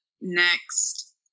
next